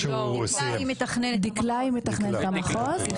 דקלה היא מתכננת המחוז,